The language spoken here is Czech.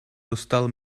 dostal